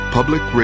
Public